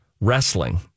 wrestling